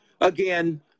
again